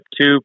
two